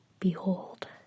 Behold